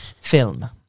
film